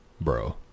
Bro